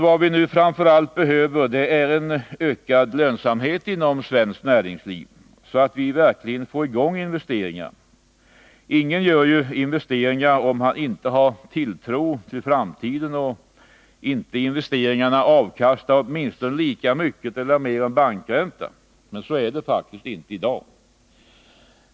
Vad vi framför allt nu behöver är ökad lönsamhet inom svenskt näringsliv så att vi verkligen får i gång investeringarna. Ingen gör ju investeringar, om han inte har tilltro till framtiden och om inte investeringarna avkastar åtminstone lika mycket som eller helst mer än bankräntan. Så är det faktiskt inte i dag.